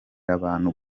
abantu